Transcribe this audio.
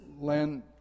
Len